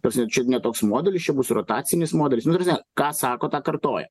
ta prasme čia ne toks modelis čia bus rotacinis modelis nu ta prasme ką sako tą kartoja